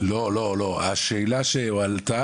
לא, השאלה שעלתה